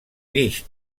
guix